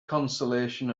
consolation